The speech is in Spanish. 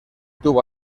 tuvo